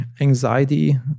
anxiety